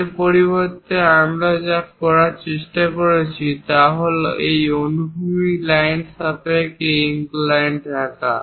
এর পরিবর্তে আমরা যা করার চেষ্টা করছি তা হল এই অনুভূমিক লাইনর সাপেক্ষে ইনক্লাইন্ড থাকা